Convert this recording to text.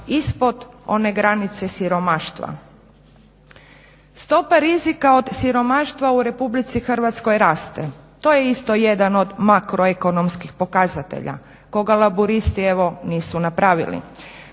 ispod one granice siromaštva. Stopa rizika od siromaštva u RH raste. To je isto jedan od makroekonomskih pokazatelja koga laburisti evo nisu napravili.